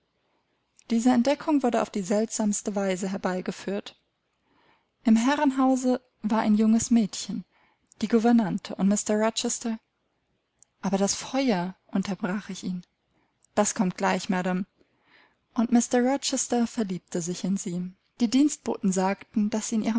diese entdeckung wurde auf die seltsamste weise herbeigeführt im herrenhause war ein junges mädchen die gouvernante und mr rochester aber das feuer unterbrach ich ihn das kommt gleich madam und mr rochester verliebte sich in sie die dienstboten sagten daß sie